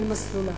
אל מסלולה.